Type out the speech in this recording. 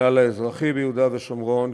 המינהל האזרחי ביהודה ושומרון,